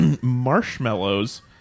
marshmallows